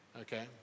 okay